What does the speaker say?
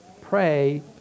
Pray